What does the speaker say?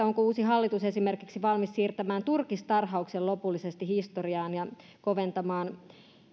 onko uusi hallitus esimerkiksi valmis siirtämään turkistarhauksen lopullisesti historiaan ja koventamaan